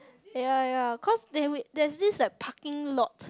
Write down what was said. ya ya cause they have wait there's this like parking lot